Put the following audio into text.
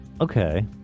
okay